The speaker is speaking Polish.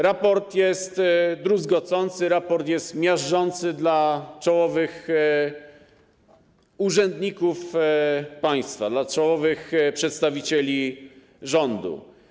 Raport jest druzgocący, jest miażdżący dla czołowych urzędników państwa, dla czołowych przedstawicieli rządu.